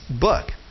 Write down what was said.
book